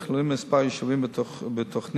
נכללים כמה יישובים בתוכנית,